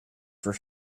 for